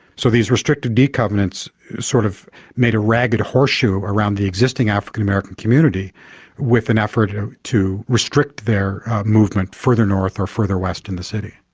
so these restricted deed covenants sort of made a ragged horseshoe around the existing african american community with an effort to to restrict their movement further north or further west in the city.